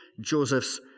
Joseph's